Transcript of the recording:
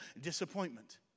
disappointment